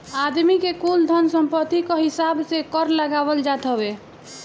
आदमी के कुल धन सम्पत्ति कअ हिसाब से कर लगावल जात हवे